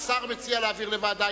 השר מציע להעביר לוועדה.